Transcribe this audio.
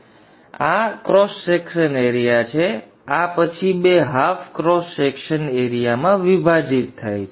આ core cross section area છે અને આ પછી બે હાફ કોર ક્રોસ સેક્શનમાં વિભાજિત થાય છે